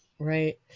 Right